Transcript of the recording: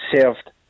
served